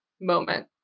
moment